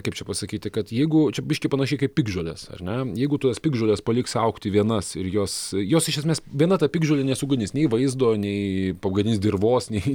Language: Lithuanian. kaip čia pasakyti kad jeigu čia biškį panašiai kaip piktžolės ar ne jeigu tos piktžolės paliks augti vienas ir jos jos iš esmės viena ta piktžolė nesugadins nei vaizdo nei pagadins dirvos nei